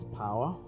power